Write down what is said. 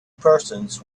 persons